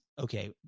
Okay